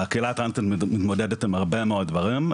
הקהילה הטרנסית מתמודדת עם הרבה מאוד דברים.